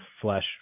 flesh